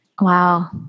Wow